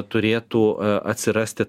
turėtų atsirasti